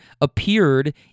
appeared